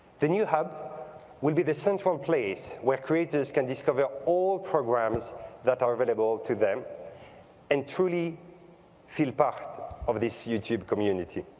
the new hub will be the central place where creators can and discover all programs that are available to them and truly feel part of this youtube community.